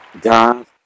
God